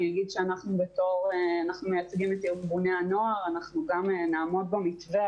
אני אומר שאנחנו מייצגים את ארגוני הנוער ואנחנו גם נעמוד במתווה.